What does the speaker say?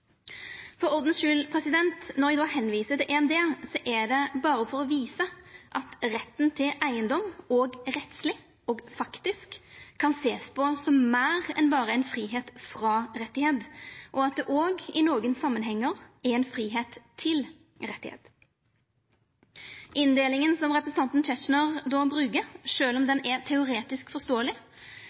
For ordens skuld, når eg viser til EMD er det berre for å visa at retten til eigedom òg rettsleg og faktisk kan sjåast på som meir enn berre ein fridom frå-rett, og at det òg i nokon samanhengar er ein fridom til-rett. Inndelinga som representanten Tetzschner då brukar – sjølv om ho er teoretisk